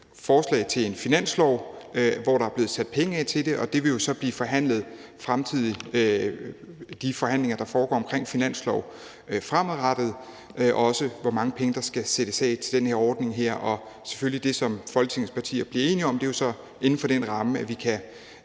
forslag til en finanslov, hvor der er blevet sat penge af til det, og det vil jo så blive forhandlet i fremtiden, altså i de forhandlinger, der foregår i forbindelse med finansloven fremadrettet, også hvor mange penge der skal sættes af til den her ordning. Det er jo selvfølgelig inden for den ramme, som Folketingets partier bliver enige om, at vi kan agere og finde ud af, hvad der kan